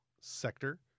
sector